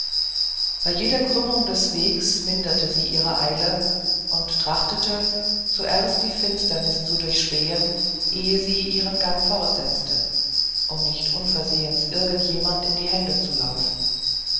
bei jeder krümmung des wegs minderte sie ihre eile und trachtete zuerst die finsternis zu durchspähen ehe sie ihren gang fortsetzte um nicht unversehens irgend jemand in die hände zu laufen